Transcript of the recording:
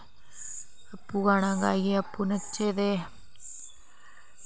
आपूं गाना गाइयै आपूं नच्चे दे